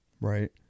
Right